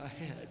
ahead